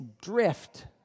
drift